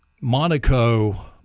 Monaco